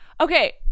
Okay